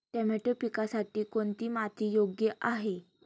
Tomato पिकासाठी कोणती माती योग्य आहे?